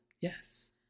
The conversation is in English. yes